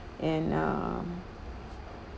and uh